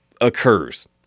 occurs